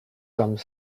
some